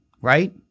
right